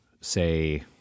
say